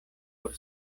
por